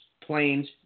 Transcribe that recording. planes